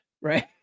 right